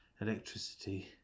electricity